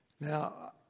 Now